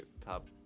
top